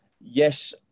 Yes